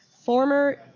former